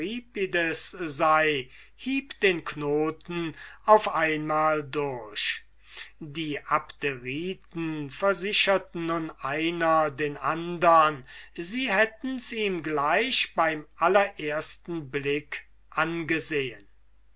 den knoten auf einmal durch und die abderiten versicherten nun einer den andern sie hätten's ihm gleich beim ersten blick angesehen